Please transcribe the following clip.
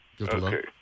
Okay